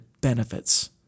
benefits